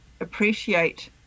appreciate